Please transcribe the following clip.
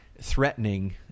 threatening